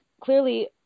clearly